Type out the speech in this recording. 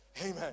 Amen